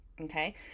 Okay